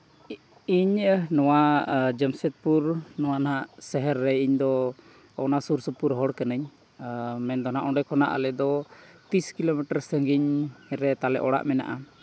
ᱤᱧ ᱱᱚᱣᱟ ᱡᱟᱢᱥᱮᱫᱯᱩᱨ ᱱᱚᱣᱟ ᱱᱟᱦᱟᱜ ᱥᱚᱦᱚᱨ ᱨᱮ ᱤᱧ ᱫᱚ ᱚᱱᱟ ᱥᱩᱨᱼᱥᱩᱯᱩᱨ ᱦᱚᱲ ᱠᱟᱹᱱᱟᱹᱧ ᱢᱮᱱ ᱫᱚ ᱱᱟᱦᱟᱜ ᱚᱸᱰᱮ ᱠᱷᱚᱱᱟᱜ ᱟᱞᱮ ᱫᱚ ᱛᱤᱨᱤᱥ ᱠᱤᱞᱳᱢᱤᱴᱟᱨ ᱥᱟᱺᱜᱤᱧ ᱨᱮ ᱛᱟᱞᱮ ᱚᱲᱟᱜ ᱢᱮᱱᱟᱜᱼᱟ